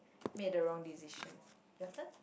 made the wrong decision better